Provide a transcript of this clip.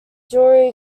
jewellery